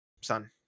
son